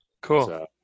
Cool